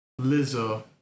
Lizzo